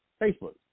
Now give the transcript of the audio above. Facebook